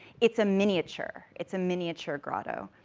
it's a miniature, it's a miniature grotto.